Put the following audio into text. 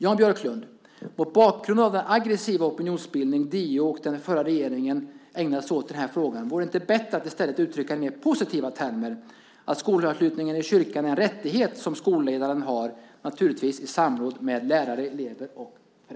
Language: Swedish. Jan Björklund, mot bakgrund av den aggressiva opinionsbildning som DO och den förra regeringen ägnade sig åt i den här frågan - vore det inte bättre att uttrycka det i mer positiva termer; att skolavslutningen i en kyrka är en rättighet som skolledaren har, naturligtvis i samråd med lärare, elever och föräldrar?